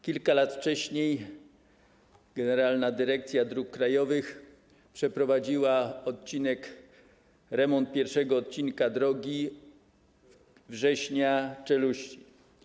Kilka lat wcześniej generalna dyrekcja dróg krajowych przeprowadziła remont pierwszego odcinka drogi, Września - Czeluścin.